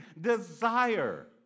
Desire